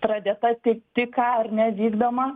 pradėta ti tik ką ar ne vykdoma